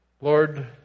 Lord